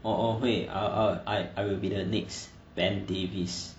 orh orh 会 err I I will be the next ben davies